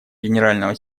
генерального